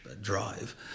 drive